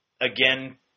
again